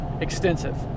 extensive